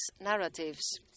narratives